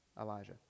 Elijah